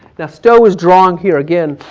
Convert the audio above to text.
now stowe was drawing here again,